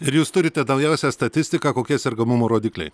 ir jūs turite naujausią statistiką kokie sergamumo rodikliai